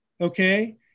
okay